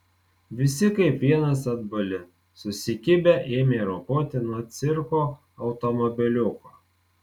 visi kaip vienas atbuli susikibę ėmė ropoti nuo cirko automobiliuko